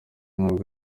nubwo